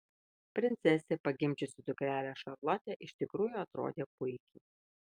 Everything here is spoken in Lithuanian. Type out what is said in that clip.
princesė pagimdžiusi dukrelę šarlotę iš tikrųjų atrodė puikiai